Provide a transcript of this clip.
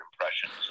impressions